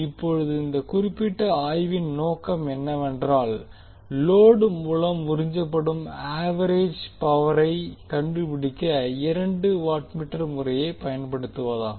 இப்போது இந்த குறிப்பிட்ட ஆய்வின் நோக்கம் என்னவென்றால் லோடு மூலம் உறிஞ்சப்படும் ஆவெரேஜ் பவரை கண்டுபிடிக்க இரண்டு வாட்மீட்டர் முறையைப் பயன்படுத்துவதாகும்